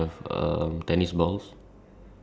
tennis ball is it on the